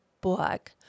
book